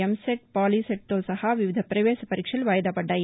ఎంసెట్ పాలిసెట్తో సహా వివిధ పవేశ పరీక్షలు వాయిదా పద్దాయి